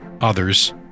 others